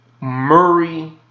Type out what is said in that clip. Murray